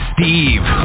Steve